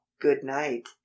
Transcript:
good-night